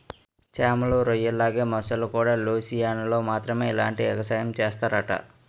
చేమలు, రొయ్యల్లాగే మొసల్లుకూడా లూసియానాలో మాత్రమే ఇలాంటి ఎగసాయం సేస్తరట